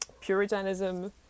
puritanism